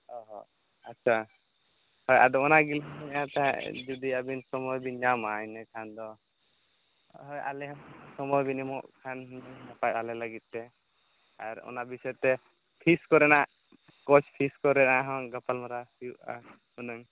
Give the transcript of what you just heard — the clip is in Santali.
ᱚ ᱦᱚᱸ ᱟᱪᱪᱷᱟ ᱦᱮᱸ ᱟᱫᱚ ᱚᱱᱟ ᱜᱮᱞᱤᱧ ᱢᱮᱱᱫ ᱛᱟᱦᱮᱫ ᱡᱩᱫᱤ ᱟᱵᱮᱱ ᱥᱚᱢᱳᱭ ᱵᱮᱱ ᱧᱟᱢᱟ ᱤᱱᱟᱹᱠᱷᱟᱱ ᱫᱚ ᱦᱳᱭ ᱟᱞᱮ ᱦᱚᱸ ᱥᱚᱢᱳᱭ ᱵᱮᱱ ᱮᱢᱚᱜ ᱠᱷᱟᱱ ᱦᱩᱱᱟᱹᱝ ᱱᱟᱯᱟᱭ ᱟᱞᱮ ᱞᱟᱹᱜᱤᱫ ᱛᱮ ᱟᱨ ᱚᱱᱟ ᱵᱤᱥᱚᱭ ᱛᱮ ᱯᱷᱤᱥ ᱠᱚᱨᱮᱱᱟᱜ ᱠᱳᱪ ᱯᱷᱤᱡ ᱠᱚᱨᱮᱱᱟᱜ ᱦᱚᱸ ᱜᱟᱯᱟᱞ ᱢᱟᱨᱟᱣ ᱦᱩᱭᱩᱜᱼᱟ ᱦᱩᱱᱟᱹᱝ